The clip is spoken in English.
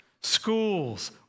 schools